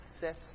sit